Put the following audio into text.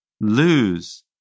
Lose